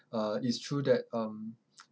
uh it's true that um